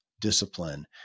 discipline